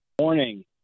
Morning